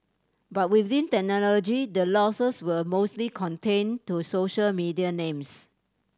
but within the losses were mostly contained to social media names